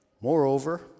Moreover